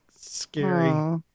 Scary